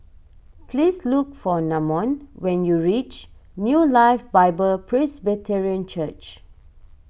please look for Namon when you reach New Life Bible Presbyterian Church